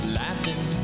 laughing